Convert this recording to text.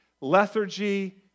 lethargy